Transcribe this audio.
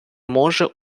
може